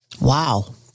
Wow